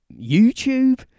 YouTube